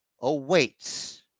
awaits